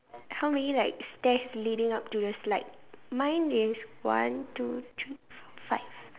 how many like stairs leading up to the slide mine is one two three four five